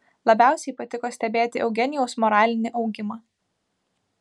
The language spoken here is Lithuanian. labiausiai patiko stebėti eugenijaus moralinį augimą